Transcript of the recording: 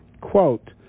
quote